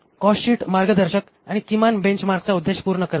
cost sheet मार्गदर्शक आणि किमान बेंचमार्कचा उद्देश पूर्ण करते